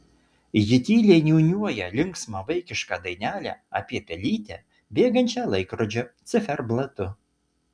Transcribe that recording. ji tyliai niūniuoja linksmą vaikišką dainelę apie pelytę bėgančią laikrodžio ciferblatu